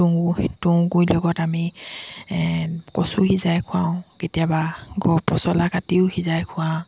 তুঁহ তুঁহ গুৰিৰ লগত আমি কচু সিজাই খোৱাওঁ কেতিয়াবা গ পছলা কাটিও সিজাই খোৱাওঁ